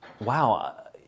wow